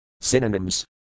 Synonyms